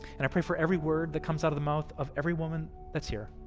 and i pray for every word that comes out of the mouth of every woman that's here.